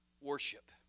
worship